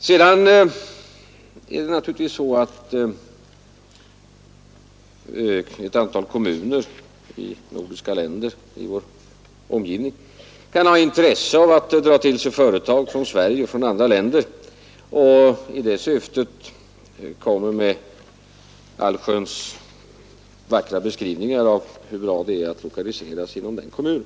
Sedan kan naturligtvis ett antal kommuner i de nordiska länderna med intresse av att dra till sig företag från Sverige och andra länder prestera allsköns vackra beskrivningar av hur bra det är att lokalisera just till de kommunerna.